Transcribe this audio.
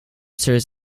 serves